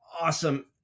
awesome